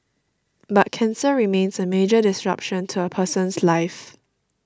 but cancer remains a major disruption to a person's life